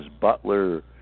Butler